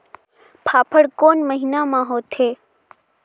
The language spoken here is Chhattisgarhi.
फाफण कोन महीना म होथे?